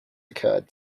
occurred